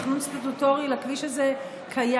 תכנון סטטוטורי לכביש הזה קיים.